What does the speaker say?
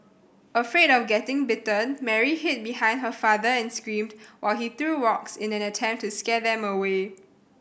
afraid of getting bitten Mary hid behind her father and screamed while he threw rocks in an attempt to scare them away